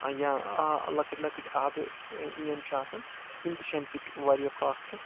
یا لۄکٕٹۍ لۄکٕٹۍ آبہٕ یِن چھِ آسان یِم تہِ چھِ امہِ سۭتۍ واریاہ پاک تہٕ